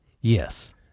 Yes